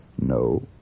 No